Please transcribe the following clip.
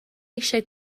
eisiau